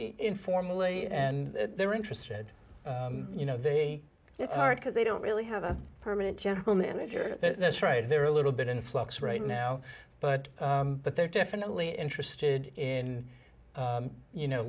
informally and they're interested you know they it's hard because they don't really have a permanent general manager that's right they're a little bit in flux right now but but they're definitely interested in you know